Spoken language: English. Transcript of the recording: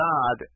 God